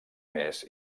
més